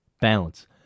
Balance